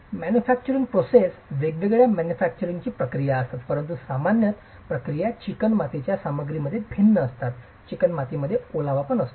manufacturing process वेगवेगळ्या manufacturing प्रक्रिया असतात परंतु सामान्यत प्रक्रिया चिकणमातीच्या सामग्रीमध्ये भिन्न असतात चिकणमातीमध्येच ओलावा असतो